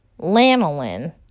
lanolin